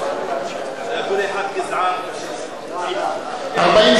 הצעת החוק לדיון מוקדם בוועדה,